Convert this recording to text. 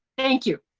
thank you.